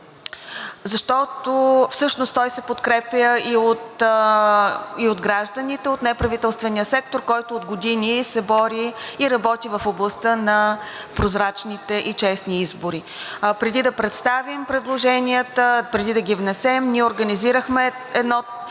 защото всъщност той се подкрепя и от гражданите от неправителствения сектор, който от години се бори и работи в областта на прозрачните и честни избори. Преди да представим предложенията, преди да ги внесем, ние организирахме едно